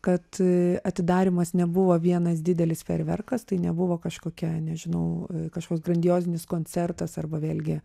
kad atidarymas nebuvo vienas didelis fejerverkas tai nebuvo kažkokia nežinau kažkoks grandiozinis koncertas arba vėlgi